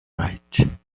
right